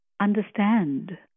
Understand